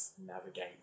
navigate